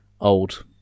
old